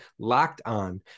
LOCKEDON